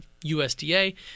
USDA